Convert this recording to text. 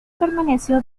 permaneció